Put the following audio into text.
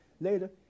Later